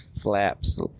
flaps